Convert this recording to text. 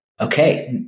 okay